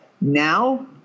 Now